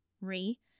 Re